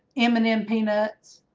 m and m peanuts